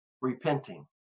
Repenting